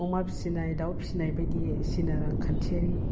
अमा फिसिनाय दाउ फिसिनाय बायदिसिना रांखान्थियारि